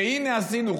והינה עשינו חוק?